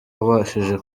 wabashije